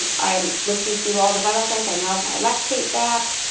ah i'm looking through all the vital signs. i now have my lactate back.